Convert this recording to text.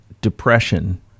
depression